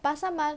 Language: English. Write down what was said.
pasar ma~